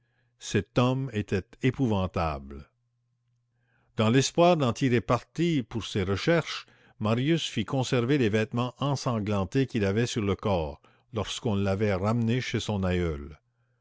cet homme était épouvantable dans l'espoir d'en tirer parti pour ses recherches marius fit conserver les vêtements ensanglantés qu'il avait sur le corps lorsqu'on l'avait ramené chez son aïeul